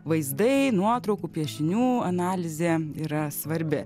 vaizdai nuotraukų piešinių analizė yra svarbi